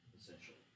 essentially